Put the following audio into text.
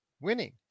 winning